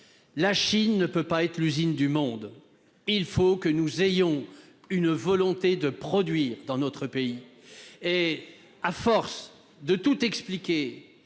la Chine ne peut pas être l'usine du monde ! Il faut que nous ayons la volonté de produire dans notre pays. À force de tout expliquer,